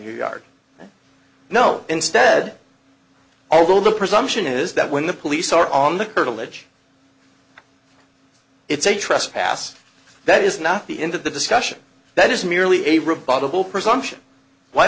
your yard no instead although the presumption is that when the police are on the curtilage it's a trespass that is not the end of the discussion that is merely